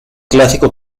clásico